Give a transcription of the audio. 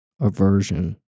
aversion